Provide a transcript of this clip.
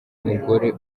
mugore